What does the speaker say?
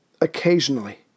occasionally